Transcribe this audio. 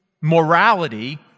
Morality